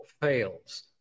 fails